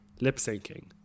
lip-syncing